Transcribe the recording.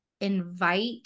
invite